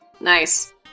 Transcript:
Nice